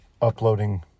uploading